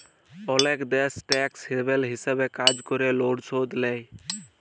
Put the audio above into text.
অলেক দ্যাশ tax haven হিছাবে কাজ ক্যরে লন শুধ লেই